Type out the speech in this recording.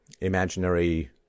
imaginary